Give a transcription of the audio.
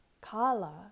Kala